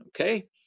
okay